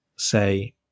say